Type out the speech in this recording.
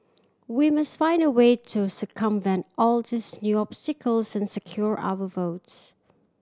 we must find a way to circumvent all these new obstacles and secure our votes